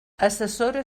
assessora